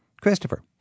Christopher